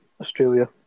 Australia